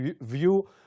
view